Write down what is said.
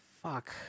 fuck